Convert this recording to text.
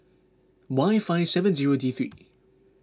Y five seven zero D three